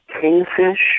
Kingfish